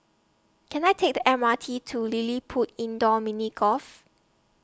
Can I Take The M R T to LilliPutt Indoor Mini Golf